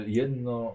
jedno